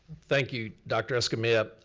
thank you dr. escamilla.